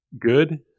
Good